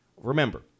Remember